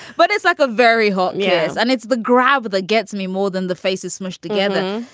but it's like a very hot. yes and it's the gravel that gets me more than the faces smushed together.